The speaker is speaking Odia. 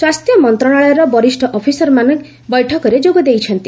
ସ୍ୱାସ୍ଥ୍ୟ ମନ୍ତ୍ରଣାଳୟର ବରିଷ୍ଠ ଅଫିସରମାନେ ବୈଠକରେ ଯୋଗ ଦେଇଛନ୍ତି